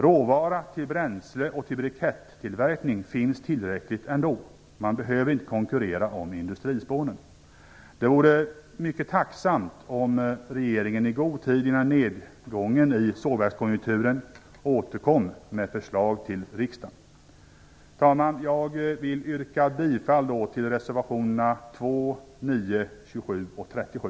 Råvara till bränsle och till brikettillverkning finns det tillräckligt av ändå - man behöver inte konkurrera om industrispån. Det vore mycket tacksamt om regeringen, i god tid innan nedgången i sågverkskonjunkturen, återkom med förslag till riksdagen. Herr talman! Jag vill yrka bifall till reservationerna 2, 9, 27 och 37.